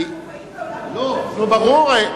אנחנו חיים בעולם, ברור.